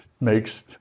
makes